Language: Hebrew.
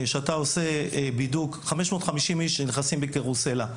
כאשר 550 איש נכנסים בקרוסלה,